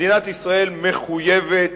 מדינת ישראל מחויבת,